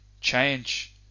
change